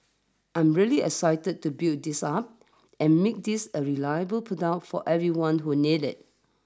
I'm really excited to build this up and make this a reliable product for everyone who needs it